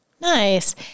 Nice